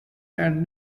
and